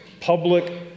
Public